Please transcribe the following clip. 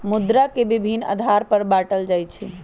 मुद्रा के विभिन्न आधार पर बाटल जाइ छइ